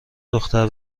دختر